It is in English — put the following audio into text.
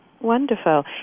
Wonderful